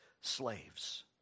slaves